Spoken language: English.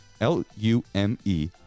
L-U-M-E